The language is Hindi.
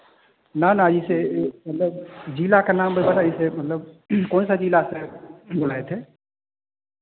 न न इसे मतलब जिला का नाम एसे मतलब कौन सा जिला से बोलाए थे